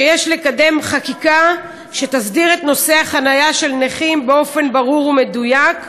שיש לקדם חקיקה שתסדיר את נושא החניה של נכים באופן ברור ומדויק.